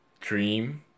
dream